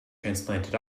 transplanted